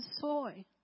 soy